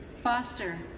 Foster